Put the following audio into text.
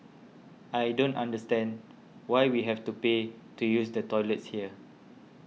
I don't understand why we have to pay to use the toilets here